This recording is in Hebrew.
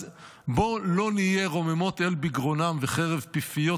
אז בואו לא נהיה "רוממות אל בגרונם וחרב פיפיות